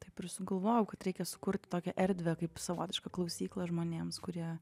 taip ir sugalvojau kad reikia sukurt tokią erdvę kaip savotišką klausyklą žmonėms kurie